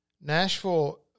Nashville